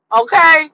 okay